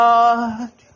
God